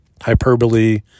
hyperbole